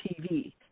TV